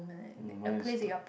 no mine is the